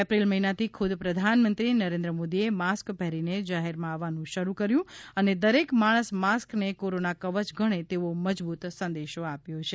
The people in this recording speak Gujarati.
એપ્રિલ મહિનાથી ખૂદ પ્રધાનમંત્રી નરેન્દ્ર મોદીએ માસ્ક પહેરીને જાહેરમાં આવવાનું શરૂ કર્યું અને દરેક માણસ માસ્કને કોરોના કવચ ગણે તેવો મજબૂત સંદેશ આપ્યો છે